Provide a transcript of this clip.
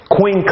Queen